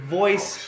voice